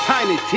Tiny